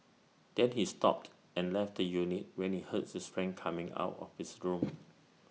then he stopped and left the unit when he heard his friend coming out of his room